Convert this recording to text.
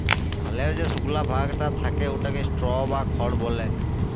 ধালের যে সুকলা ভাগটা থ্যাকে উয়াকে স্ট্র বা খড় ব্যলে